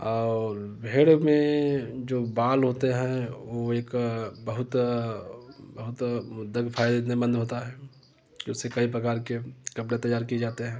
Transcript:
और भेड़ में जो बाल होते हैं वो एक बहुत बहुत मतलब कि फायदे इतने मंद होता है कि उससे कई प्रकार के कपड़े तैयार किए जाते हैं